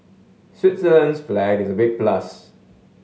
Switzerland's flag is a big plus